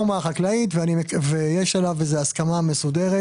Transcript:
החקלאית ויש עליו הסכמה מסודרת